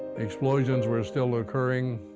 explosions were still occurring,